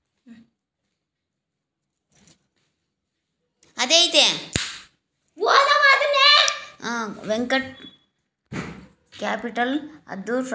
venture capital ಅಂದುರ್ private ಕಂಪನಿದವ್ರು ಸಣ್ಣು ಕಂಪನಿಯ ಮ್ಯಾಲ ರೊಕ್ಕಾ ಹಾಕ್ತಾರ್